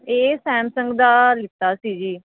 ਇਹ ਸੈਮਸੰਗ ਦਾ ਲਿਆ ਸੀ ਜੀ